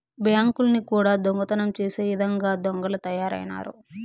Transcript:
బ్యాంకుల్ని కూడా దొంగతనం చేసే ఇదంగా దొంగలు తయారైనారు